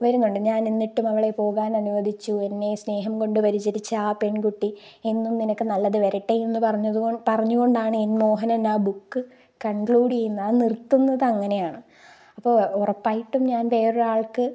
വരുന്നുണ്ട് ഞാൻ എന്നിട്ടും അവളെ പോകാൻ അനുവദിച്ചു എന്നെ സ്നേഹം കൊണ്ട് പരിചരിച്ച ആ പെൺകുട്ടി എന്നും നിനക്ക് നല്ലത് വരട്ടെ എന്ന് പറഞ്ഞത് പറഞ്ഞുകൊണ്ടാണ് എൻ മോഹനൻ ആ ബുക്ക് കൺക്ലൂഡ് ചെയ്യുന്നത് അത് നിർത്തുന്നത് അങ്ങനെയാണ് അപ്പോൾ ഉറപ്പായിട്ടും ഞാൻ വേറൊരാൾക്ക്